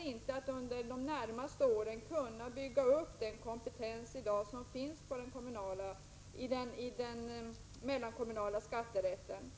inte under de närmaste åren att kunna bygga upp den kompetens som i dag finns i den mellankommunala skatterätten.